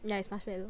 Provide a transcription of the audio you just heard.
yeah it's marshmellow